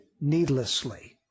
needlessly